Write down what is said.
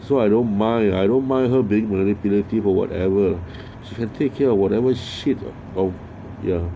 so I don't mind I don't mind her being manipulative or whatever you can take care of whatever shit oh ya